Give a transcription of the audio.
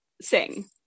sing